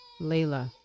Layla